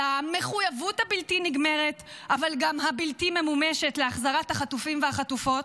על המחויבות הבלתי-נגמרת אבל גם הבלתי- ממומשת להחזרת החטופים והחטופות?